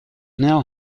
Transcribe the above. now